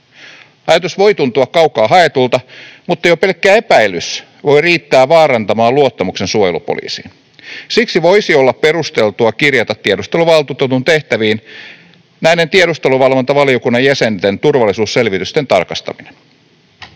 Ajatus voi tuntua kaukaa haetulta, mutta jo pelkkä epäilys voi riittää vaarantamaan luottamuksen suojelupoliisiin. Siksi voisi olla perusteltua kirjata tiedusteluvaltuutetun tehtäviin näiden tiedusteluvalvontavaliokunnan jäsenten turvallisuusselvitysten tarkastaminen.